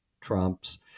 Trump's